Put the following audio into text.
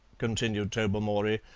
continued tobermory,